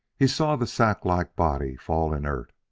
he saw the sack-like body fall inert,